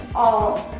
of